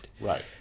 right